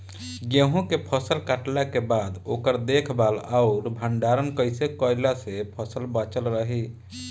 गेंहू के फसल कटला के बाद ओकर देखभाल आउर भंडारण कइसे कैला से फसल बाचल रही?